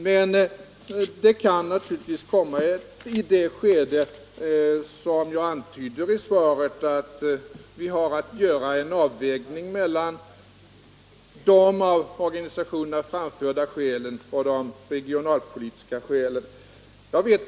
Men det kan naturligtvis komma ett skede som jag antydde i svaret, att vi har att göra en avvägning mellan de av organisationerna framförda skälen och de regionalpolitiska skälen.